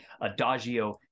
Adagio